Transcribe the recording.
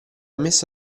messo